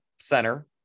center